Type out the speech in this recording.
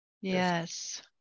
Yes